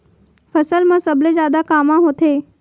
फसल मा सबले जादा कामा होथे?